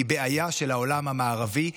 היא בעיה של העולם המערבי.